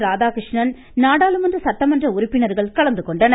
ராதாகிருஷ்ணன் நாடாளுமன்ற சட்டமன்ற உறுப்பினர்கள் கலந்துகொண்டனர்